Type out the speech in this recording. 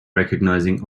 recognizing